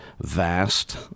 vast